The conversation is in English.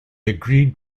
agreed